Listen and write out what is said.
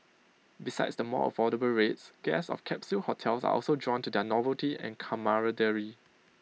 besides the more affordable rates guests of capsule hotels are also drawn to their novelty and camaraderie